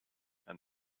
and